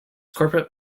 corporate